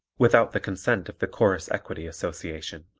without the consent of the chorus equity association.